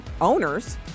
owners